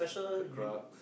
the drugs